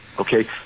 Okay